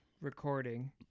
Recording